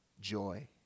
Joy